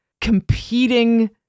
competing